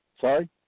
Sorry